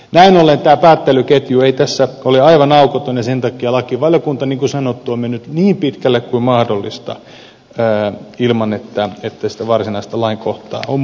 näin ollen tämä päättelyketju ei tässä ole aivan aukoton ja sen takia lakivaliokunta niin kuin sanottu on mennyt niin pitkälle kuin mahdollista ilman että sitä varsinaista lainkohtaa on muutettu